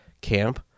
camp